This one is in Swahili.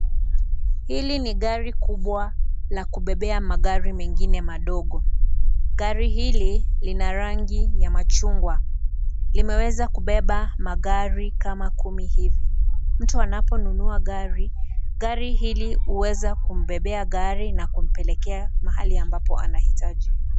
Hili ni gari kubwa la kubebea magari mengine madogo. Gari hili lina rangi ya machungwa. Linaweza kubabe magari kama kumi hivi. Mtu anaponunua gari, gari hili uweza kumbebea gari na kumpelekea mahali ambapo anahitaji.